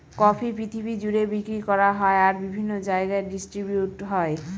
coffee পৃথিবী জুড়ে বিক্রি করা হয় আর বিভিন্ন জায়গায় ডিস্ট্রিবিউট হয়